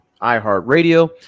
iHeartRadio